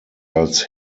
als